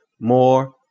More